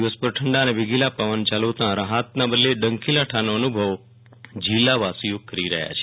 દિવસ ભાર ઠંડા અને વેગીલા પવન ચાલુ હોતા રાહતના બદલે ડંખીલા ઠારનો અનુભવ જીલ્લા વાસીઓને કરી રહ્યા છે